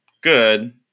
good